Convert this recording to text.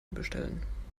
bestellen